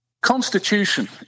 Constitution